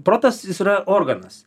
protas jis yra organas